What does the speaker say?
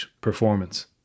performance